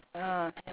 ah